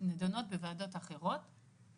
נדונות בוועדות אחרות,